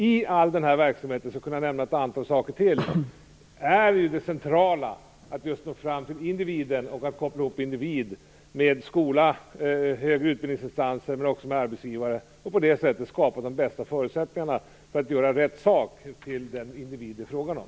I all denna verksamhet - jag skulle kunna nämna ett antal saker till - är det centrala att nå fram till individen och koppla ihop individ med skola, högre utbildningsinstanser och arbetsgivare och på det sättet skapa de bästa förutsättningarna för att göra rätt sak för den individ det är frågan om.